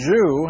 Jew